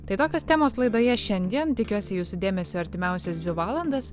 tai tokios temos laidoje šiandien tikiuosi jūsų dėmesio artimiausias dvi valandas